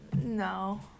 No